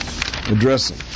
addressing